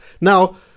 Now